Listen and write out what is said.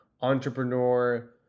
entrepreneur